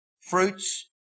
fruits